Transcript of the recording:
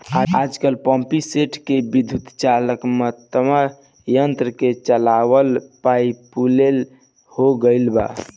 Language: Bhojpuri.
आजकल पम्पींगसेट के विद्युत्चुम्बकत्व यंत्र से चलावल पॉपुलर हो गईल बा